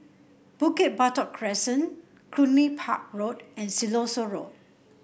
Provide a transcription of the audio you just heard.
Bukit Batok Crescent Cluny Park Road and Siloso Road